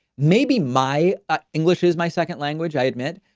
maybe my ah english is my second language, i admit,